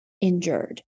injured